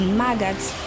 maggots